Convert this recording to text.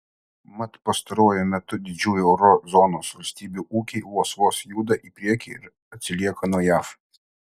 mat pastaruoju metu didžiųjų euro zonos valstybių ūkiai vos vos juda į priekį ir atsilieka nuo jav